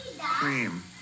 cream